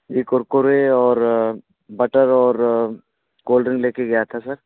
जी कुरकुरे और बटर और cold drink ले कर गया था सर